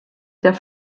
der